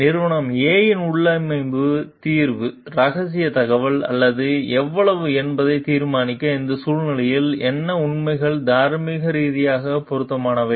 நிறுவன A இன் உள்ளமைவு தீர்வு ரகசிய தகவல் அல்லது எவ்வளவு என்பதை தீர்மானிக்க இந்த சூழ்நிலையில் என்ன உண்மைகள் தார்மீக ரீதியாக பொருத்தமானவை